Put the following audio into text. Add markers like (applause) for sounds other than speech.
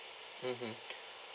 mmhmm (breath)